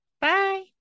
bye